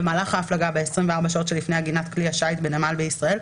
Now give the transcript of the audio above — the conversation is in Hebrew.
במהלך ההפלגה ב-24 שעות שלפני עגינת כלי השיט בנמל בישראל,